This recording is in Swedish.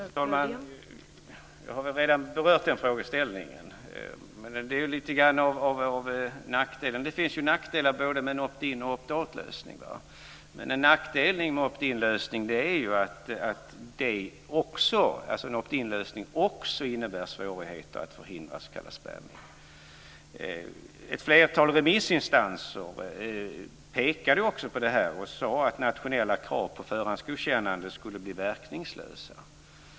Fru talman! Jag har redan berört den frågeställningen. Det finns nackdelar med både opt-in-lösning och opt-out-lösning. Men nackdelen med opt-inlösningen är att det också innebär svårigheter att förhindra s.k. spamming. Flertalet remissinstanser pekade också på det och sade att nationella krav på förhandsgodkännande skulle bli verkningslösa.